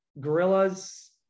Gorillas